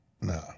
Nah